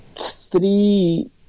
three